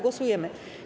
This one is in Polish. Głosujemy.